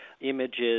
images